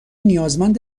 نیازمند